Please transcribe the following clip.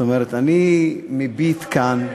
זאת אומרת, אני מביט כאן,